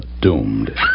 Doomed